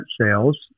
sales